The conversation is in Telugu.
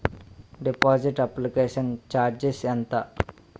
డిపాజిట్ అప్లికేషన్ చార్జిస్ ఎంత?